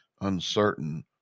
uncertain